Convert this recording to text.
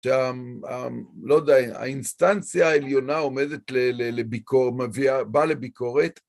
לא יודע, האינסטנציה העליונה עומדת לביקור, באה לביקורת.